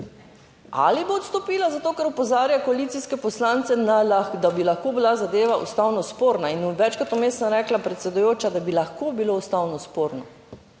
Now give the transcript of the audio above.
ali bo odstopila zato, ker opozarja koalicijske poslance, da bi lahko bila zadeva ustavno sporna. In večkrat vmes sem rekla, predsedujoča, da bi lahko bilo ustavno sporno,